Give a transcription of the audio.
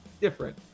different